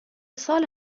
سال